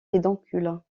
pédoncules